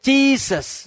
Jesus